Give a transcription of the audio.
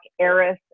Eris